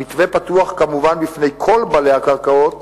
המתווה פתוח, כמובן, בפני כל בעלי הקרקעות